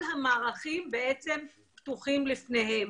כל המערכים פתוחים בפניהם.